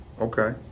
Okay